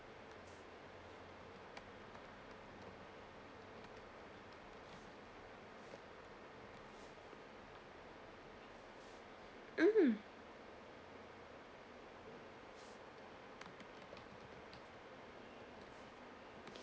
mm